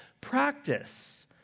practice